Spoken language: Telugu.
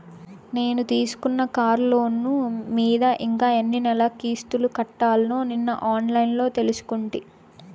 నేను తీసుకున్న కార్లోను మీద ఇంకా ఎన్ని నెలలు కిస్తులు కట్టాల్నో నిన్న ఆన్లైన్లో తెలుసుకుంటి